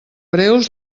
greus